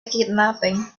kidnapping